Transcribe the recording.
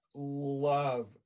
love